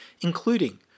including